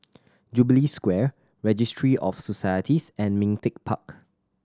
Jubilee Square Registry of Societies and Ming Teck Park